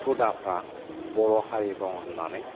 हुदाफ्रा बर' हारि दं होननानै